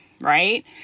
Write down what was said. right